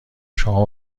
شما